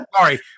sorry